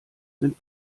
sind